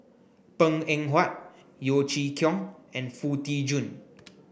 Png Eng Huat Yeo Chee Kiong and Foo Tee Jun